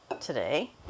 today